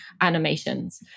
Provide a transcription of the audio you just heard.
animations